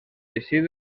teixit